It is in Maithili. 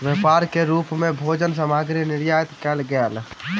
व्यापार के रूप मे भोजन सामग्री निर्यात कयल गेल